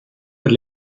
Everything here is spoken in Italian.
per